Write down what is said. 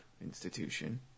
institution